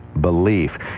belief